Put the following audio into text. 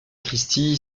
christie